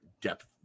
depth